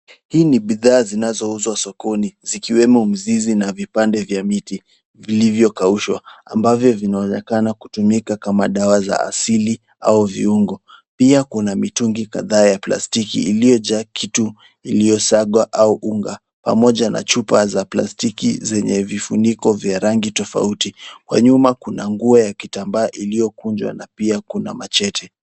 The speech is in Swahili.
Hii ni bidhaa zinazouzwa sokoni zikiwemo mizizi na vipande vya miti vilivyokaushwa ambavyo vinaonekana kutumika kama dawa za asili au viungo. Pia kuna mitungi kadhaa ya plastiki iliyojaa kitu iliyosagwa au unga pamoja na chupa za plastiki zenye vifuniko vya rangi tofauti. Kwa nyuma kuna nguo ya kitambaa iliyokunjwa na pia kuna machete.